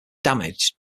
damaged